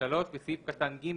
(3)בסעיף קטן (ג),